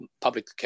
public